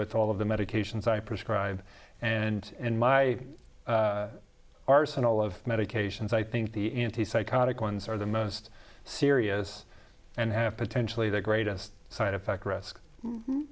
with all of the medications i prescribe and in my arsenal of medications i think the psychotic ones are the most serious and have potentially the greatest